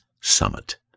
Summit